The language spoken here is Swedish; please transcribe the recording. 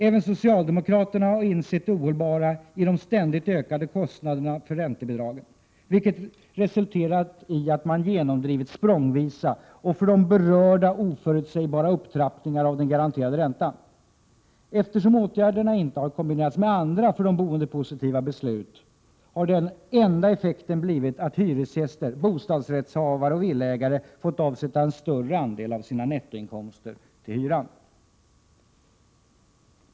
Även socialdemokraterna har insett det ohållbara i de ständigt ökande kostnaderna för räntebidragen, vilket resulterat i att man genomdrivit språngvisa och för berörda oförutsägbara upptrappningar av den garanterade räntan. Eftersom åtgärderna inte har kombinerats med andra, för de boende positiva beslut har den enda effekten blivit att hyresgäster, bostadsrättshavare och villaägare har fått avsätta en större andel av sina nettoinkomster till hyran.